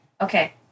Okay